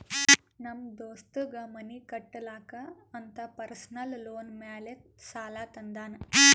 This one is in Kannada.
ನಮ್ ದೋಸ್ತಗ್ ಮನಿ ಕಟ್ಟಲಾಕ್ ಅಂತ್ ಪರ್ಸನಲ್ ಲೋನ್ ಮ್ಯಾಲೆ ಸಾಲಾ ತಂದಾನ್